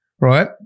right